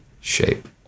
shape